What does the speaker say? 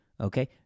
Okay